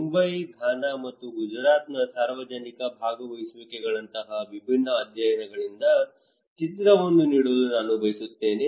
Mumbai Ghana ಮತ್ತು ಗುಜರಾತ್ನಲ್ಲಿ ಸಾರ್ವಜನಿಕ ಭಾಗವಹಿಸುವಿಕೆಗಳಂತಹ ವಿಭಿನ್ನ ಅಧ್ಯಯನಗಳಿಂದ ಚಿತ್ರವನ್ನು ನೀಡಲು ನಾನು ಪ್ರಯತ್ನಿಸುತ್ತೇನೆ